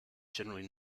generally